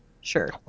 Sure